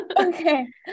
Okay